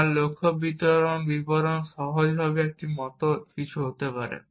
আমার লক্ষ্য বিবরণ সহজভাবে একটি মত কিছু হতে পারে